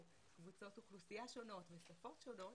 קבוצות אוכלוסייה שונות בשפות שונות,